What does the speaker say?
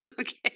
Okay